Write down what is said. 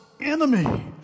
enemy